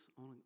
on